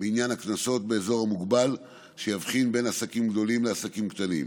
לעניין הקנסות באזור מוגבל שיבחין בין עסקים גדולים לעסקים קטנים,